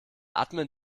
admin